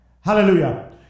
Hallelujah